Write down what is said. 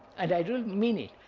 and i really mean it.